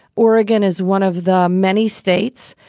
oregon is one of the many states,